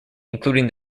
including